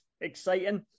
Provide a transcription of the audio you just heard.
exciting